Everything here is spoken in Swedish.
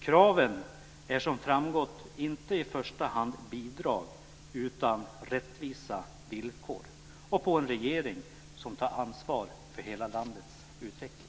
Kraven är som framgått inte i första hand bidrag utan rättvisa villkor och en regering som tar ansvar för hela landets utveckling.